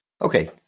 Okay